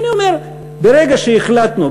ואני אומר: ברגע שהחלטנו,